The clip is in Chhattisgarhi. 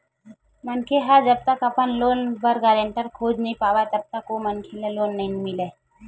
मनखे ह जब तक अपन लोन बर गारेंटर खोज नइ पावय तब तक ओ मनखे ल लोन नइ मिलय